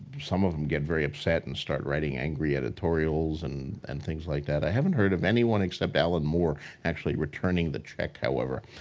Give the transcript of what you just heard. some of them get very upset and start writing angry editorials and and things like that. i haven't heard of anyone except alan moore actually returning the check however.